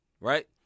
right